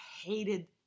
hated